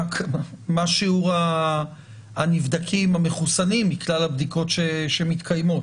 מה שיעור הנבדקים המחוסנים מכלל הבדיקות שמתקיימות?